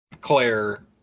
Claire